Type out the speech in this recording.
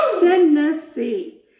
Tennessee